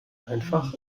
einfach